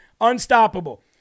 unstoppable